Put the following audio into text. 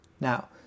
Now